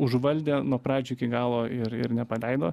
užvaldė nuo pradžių iki galo ir ir nepaleido